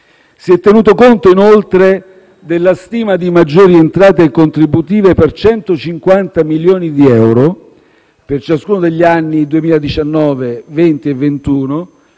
Si è tenuto conto, inoltre, della stima di maggiori entrate contributive per 150 milioni di euro per ciascuno degli anni 2019, 2020 e 2021